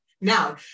Now